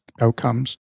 outcomes